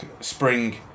Spring